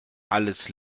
alles